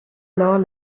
alors